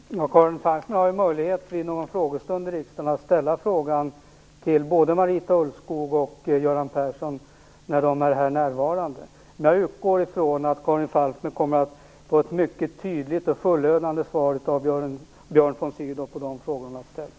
Herr talman! Karin Falkmer har ju möjlighet vid någon frågestund i riksdagen att ställa frågan till både Marita Ulvskog och Göran Persson när de är närvarande. Jag utgår från att Karin Falkmer kommer att få ett mycket tydligt och fullödigt svar av Björn von Sydow på de frågor hon har ställt.